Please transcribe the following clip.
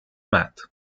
mat